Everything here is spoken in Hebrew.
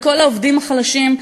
לכל העובדים החלשים,